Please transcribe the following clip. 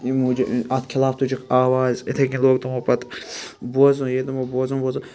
امہِ موٗجب اَتھ خلاف تُجُکھ آواز اِتھَے کنۍ لوٚگ تِمو پَتہٕ بوزُن ییٚلہِ تِمَو بوزُن بوزُن